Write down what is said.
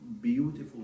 beautiful